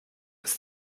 ist